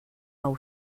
nou